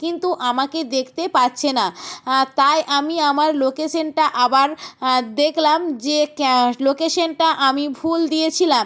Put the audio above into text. কিন্তু আমাকে দেখতে পাচ্ছে না তাই আমি আমার লোকেশনটা আবার দেখলাম যে ক্যা লোকেশনটা আমি ভুল দিয়েছিলাম